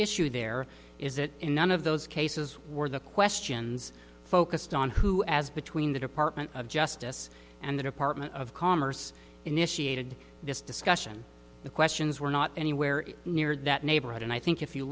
issue there is that in one of those cases were the questions focused on who as between the department of justice and the department of commerce initiated this discussion the questions were not anywhere near that neighborhood and i think if you